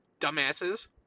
dumbasses